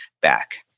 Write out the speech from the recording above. back